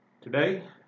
Today